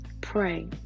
Pray